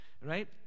right